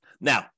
Now